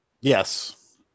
Yes